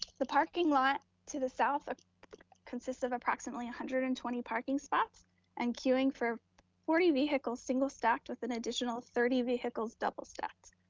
the parking lot to the south consists of approximately one hundred and twenty parking spots and queuing for forty vehicles, single stacked, with an additional thirty vehicles double stacked.